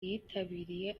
yitabiriye